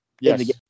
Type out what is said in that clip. Yes